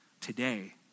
today